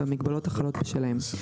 והמגבלות החלות בשלהם,